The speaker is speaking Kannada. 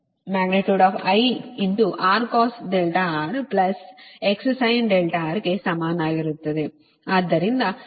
ಆದ್ದರಿಂದ ಇದು